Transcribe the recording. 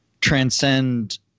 transcend